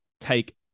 take